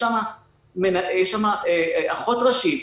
יש שם אחות ראשית,